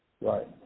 Right